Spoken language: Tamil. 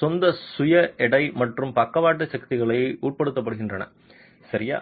சொந்த சுய எடை மற்றும் பக்கவாட்டு சக்திகளுக்கு உட்படுத்தப்படுகின்றன சரியா